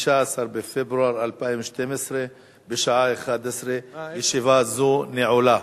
15 בפברואר 2012, בשעה 11:00. ישיבה זו נעולה.